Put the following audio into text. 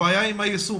הבעיה היא עם היישום.